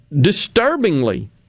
disturbingly